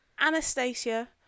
Anastasia